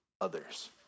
others